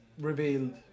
revealed